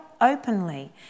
openly